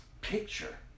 picture